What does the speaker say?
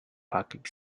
parking